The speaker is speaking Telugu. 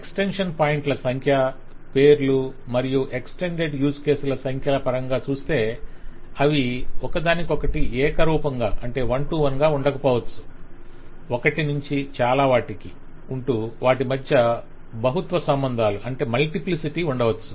ఎక్స్టెన్షన్ పాయింట్ల సంఖ్య పేర్లు మరియు ఎక్స్టెండెడ్ యూజ్ కేసుల సంఖ్యల పరంగా చూస్తే అవి ఒకదానికోకటి ఏకరూపంగా ఉండకపోవచ్చు ఒకటి నుంచి చాలా వాటికి ఉంటూ వాటి మధ్య బాహుత్వ సంబంధాలు ఉండవచ్చు